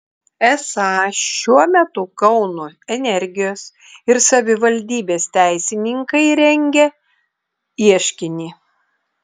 esą šiuo metu kauno energijos ir savivaldybės teisininkai rengia ieškinį